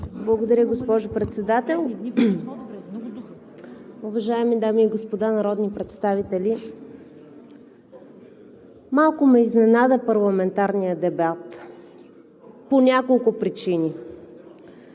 Благодаря, госпожо Председател. Уважаеми дами и господа народни представители! Малко ме изненада парламентарният дебат по няколко причини.